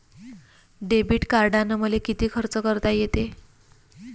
Debit कार्डानं मले किती खर्च करता येते?